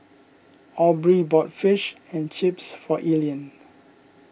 Aubree bought Fish and Chips for Elian